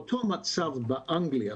אותו מצב באנגליה,